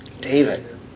David